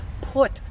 put